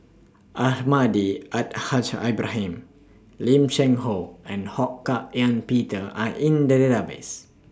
Almahdi Al Haj Ibrahim Lim Cheng Hoe and Ho Hak Ean Peter Are in The Database